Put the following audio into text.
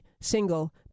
single